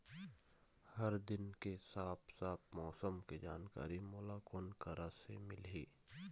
हर दिन के साफ साफ मौसम के जानकारी मोला कोन करा से मिलही?